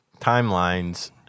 timelines